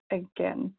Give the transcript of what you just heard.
again